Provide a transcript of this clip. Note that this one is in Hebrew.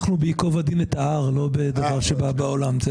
אנחנו ב"יקוב הדין את ההר" ולא בדבר שבא בעולם.